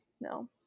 No